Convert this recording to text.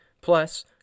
Plus